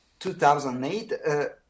2008